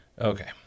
Okay